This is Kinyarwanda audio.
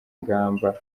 ingamba